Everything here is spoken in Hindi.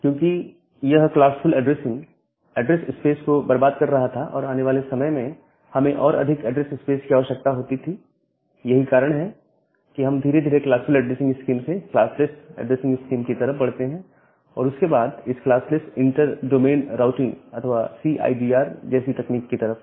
क्योंकि यह क्लासफुल ऐड्रेसिंग एड्रेस स्पेस को बर्बाद कर रहा था और आने वाले समय में हमें और अधिक ऐड्रेस स्पेस की आवश्यकता होती यही कारण है कि हम धीरे धीरे क्लासफुल ऐड्रेसिंग स्कीम से क्लासलैस ऐड्रेसिंग स्कीम की तरफ बढ़ते हैं और उसके बाद इस क्लासलेस इंटर डोमेन राउटिंग अथवा सीआईडी आर जैसी तकनीक की तरफ